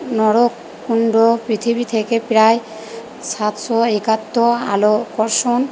নরককুন্ড পৃথিবী থেকে প্রায় সাতশো একাত্তর আলো কর্ষণ